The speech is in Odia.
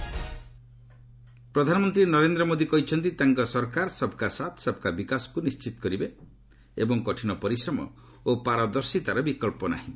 ପିଏମ୍ ମୋଦି ପ୍ରଧାନମନ୍ତ୍ରୀ ନରେନ୍ଦ୍ର ମୋଦି କହିଛନ୍ତି ତାଙ୍କ ସରକାର ସବ୍କା ସାଥ୍ ସବ୍କା ବିକାଶକୁ ନିଶ୍ଚିତ କରିବେ ଏବଂ କଠିନ ପରିଶ୍ରମ ଓ ପାରିଦର୍ଶିତାର ବିକଳ୍ପ ନାହିଁ